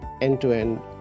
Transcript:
end-to-end